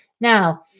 Now